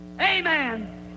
Amen